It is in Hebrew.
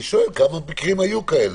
אני שואל כמה מקרים כאלה היו.